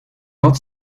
not